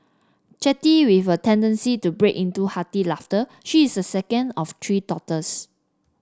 chatty with a tendency to break into hearty laughter she is the second of three daughters